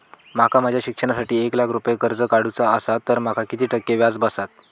माका माझ्या शिक्षणासाठी एक लाख रुपये कर्ज काढू चा असा तर माका किती टक्के व्याज बसात?